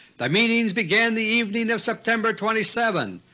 the meetings began the evening of september twenty seven,